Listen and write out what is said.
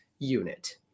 unit